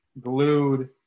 glued